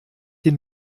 den